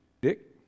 Dick